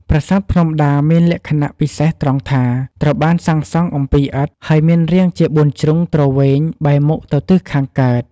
ប្រាសាទភ្នំដាមានលក្ខណៈពិសេសត្រង់ថា ត្រូវបានសាងសង់អំពីឥដ្ឋ ហើយមានរាងជាបួនជ្រុងទ្រវែងបែរមុខទៅទិសខាងកើត។